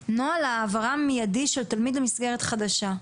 לגבי נוהל העברה מיידי של תלמיד למסגרת חדשה.